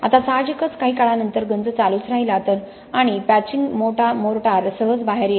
आता साहजिकच काही काळांनतर गंज चालूच राहिला तर आणि पॅचिंग मोर्टार सहज बाहेर येईल